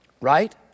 right